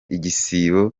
igisibo